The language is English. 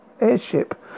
airship